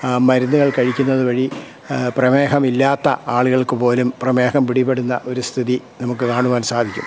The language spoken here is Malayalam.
മരുന്നുകൾ കഴിക്കുന്നതുവഴി പ്രമേഹം ഇല്ലാത്ത ആളുകൾക്ക് പോലും പ്രമേഹം പിടിപെടുന്ന ഒരു സ്ഥിതി നമുക്ക് കാണുവാൻ സാധിക്കും